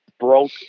broke